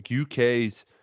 uk's